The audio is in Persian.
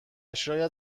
شاید